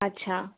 আচ্ছা